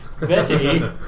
Betty